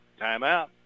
timeout